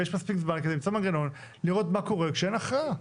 ויש מספיק זמן כדי למצוא מנגנון לראות מה קורה כשאין הכרעה.